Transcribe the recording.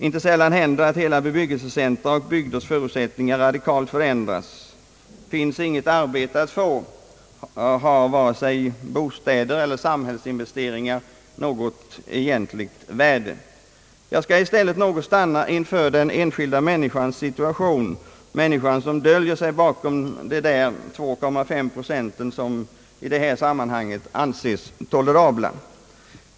Inte sällan händer att hela bebyggelsecentra och bygders förutsätt ningar radikalt förändrats. Finns inget arbete att få, har vare sig bostäder eller samhällsinvesteringar något egentligt värde. I stället skall jag något stanna inför den enskilda människans situation, människan som döljer sig bakom de 2,5 procent som i det här sammanhanget anses tolerabla.